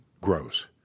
grows